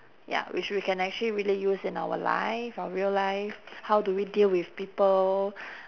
ya which we can actually really use in our life our real life how do we deal with people